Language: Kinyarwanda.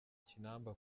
kinamba